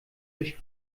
durch